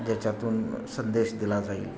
ज्याच्यातून संदेश दिला जाईल